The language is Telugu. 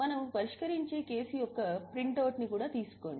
మనము పరిష్కరించే కేసు యొక్క ప్రింటౌట్ను కూడా తీసుకోండి